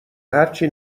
هرچی